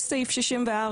יש סעיף 64,